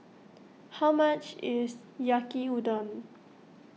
how much is Yaki Udon